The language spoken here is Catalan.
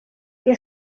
que